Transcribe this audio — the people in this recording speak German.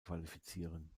qualifizieren